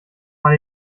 mal